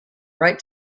write